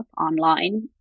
online